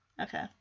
Okay